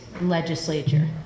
legislature